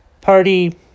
party